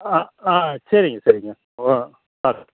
ஆ ஆ சரிங்க சரிங்க ஒ ஆ